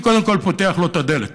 אני קודם כול פותח לו את הדלת,